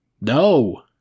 No